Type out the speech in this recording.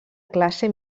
classe